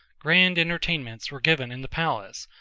grand entertainments were given in the palace,